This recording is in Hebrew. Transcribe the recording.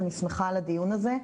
אני שמחה על הדיון הזה,